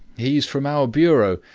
he's from our bureau.